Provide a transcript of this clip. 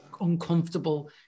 uncomfortable